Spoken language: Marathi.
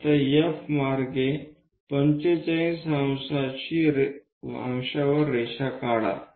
आता F मार्गे 45° वर रेषा काढा